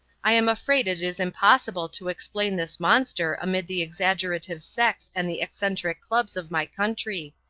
i am afraid it is impossible to explain this monster amid the exaggerative sects and the eccentric clubs of my country.